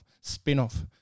spin-off